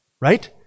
Right